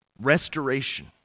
restoration